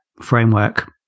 framework